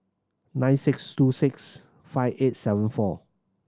nine six two six five eight seven four